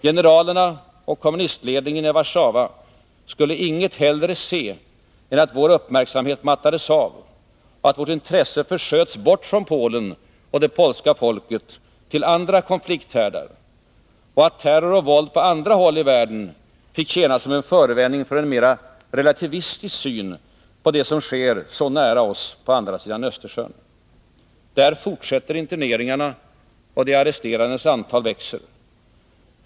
Generalerna och kommunistledningen i Warszawa skulle inget hellre se än att vår uppmärksamhet mattades av och att vårt intresse försköts bort från Polen och det polska folket till andra konflikthärdar och att terror och våld på andra håll i världen fick tjäna som en förevändning för en mera relativistisk syn på det som sker så nära oss på andra sidan Östersjön. Där fortsätter interneringarna, och de arresterades antal växer.